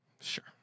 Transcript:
Sure